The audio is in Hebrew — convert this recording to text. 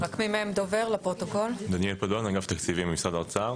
אני דניאל פדון מאגף תקציבים במשרד האוצר.